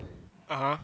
(uh huh)